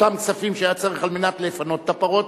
אותם כספים שהיה צריך על מנת לפנות את הפרות,